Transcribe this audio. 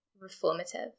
reformative